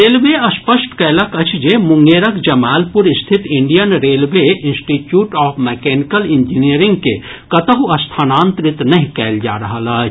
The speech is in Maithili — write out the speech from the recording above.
रेलवे स्पष्ट कयलक अछि जे मुंगेरक जमालपुर स्थित Indian railway institute of mechanical engineering के कतहुं स्थानांतरित नहि कयल जा रहल अछि